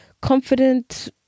confident